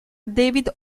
david